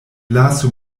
lasu